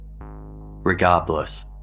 Regardless